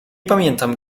pamiętam